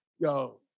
yo